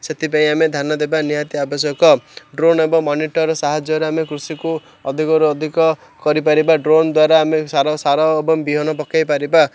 ସେଥିପାଇଁ ଆମେ ଧ୍ୟାନ ଦେବା ନିହାତି ଆବଶ୍ୟକ ଡ୍ରୋନ୍ ଏବଂ ମନିଟର୍ ସାହାଯ୍ୟରେ ଆମେ କୃଷିକୁ ଅଧିକରୁ ଅଧିକ କରିପାରିବା ଡ୍ରୋନ୍ ଦ୍ୱାରା ଆମେ ସାର ସାର ଏବଂ ବିହନ ପକେଇ ପାରିବା